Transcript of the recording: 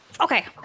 Okay